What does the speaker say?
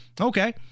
Okay